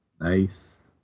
nice